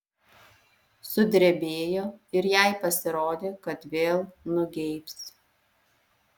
sudrebėjo ir jai pasirodė kad vėl nugeibs